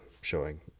showing